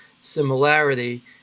similarity